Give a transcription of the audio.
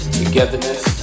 togetherness